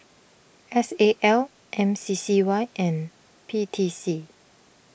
S A L M C C Y and P T C